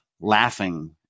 laughing